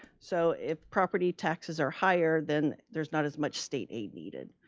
so if property taxes are higher, then there's not as much state aid needed.